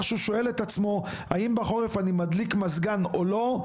שהוא שואל את עצמו אם בחורף אני מדליק מזכן או לא,